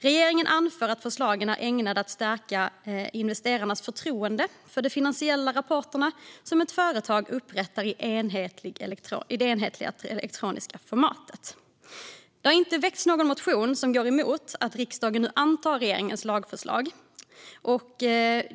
Regeringen anför att förslagen ska stärka investerarnas förtroende för de finansiella rapporter som ett företag upprättar i det enhetliga elektroniska formatet. Det har inte väckts någon motion som går emot att riksdagen nu antar regeringens lagförslag.